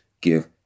give